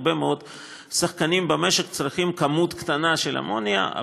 הרבה מאוד שחקנים במשק צריכים כמות קטנה של אמוניה,